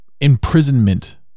imprisonment